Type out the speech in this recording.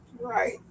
right